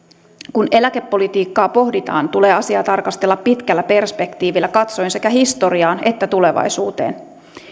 kun eläkepolitiikkaa pohditaan tulee asiaa tarkastella pitkällä perspektiivillä sekä historiaan että tulevaisuuteen katsoen